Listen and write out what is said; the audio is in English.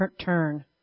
turn